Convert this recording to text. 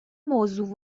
موضوع